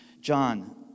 john